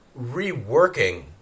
reworking